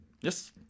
Yes